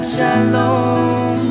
Shalom